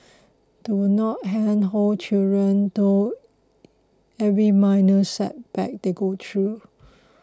do not handhold children through every minor setback they go through